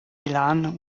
milan